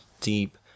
deep